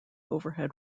overhead